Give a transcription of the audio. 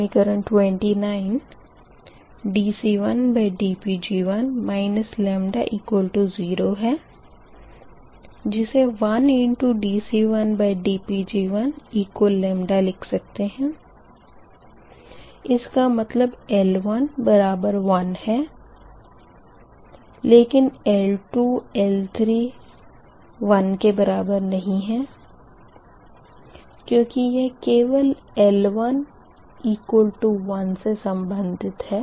समीकरण 29 dC1dPg1 λ0 है जिसे 1× dC1dPg1 लिख सकते है इसका मतलबL11 है लेकिन L2L3 1 के बराबर नही है क्यूँकि यह केवल L11 से सम्बंधित है